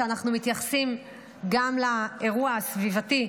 שאנחנו מתייחסים גם לאירוע הסביבתי,